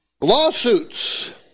Lawsuits